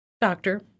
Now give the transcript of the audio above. Doctor